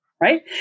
right